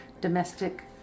domestic